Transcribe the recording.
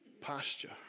pasture